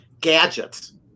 Gadgets